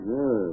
Yes